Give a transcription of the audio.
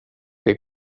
det